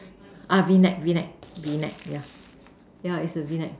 ah V neck V neck V neck yeah yeah is a V neck